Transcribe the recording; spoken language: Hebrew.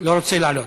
לא רוצה לעלות.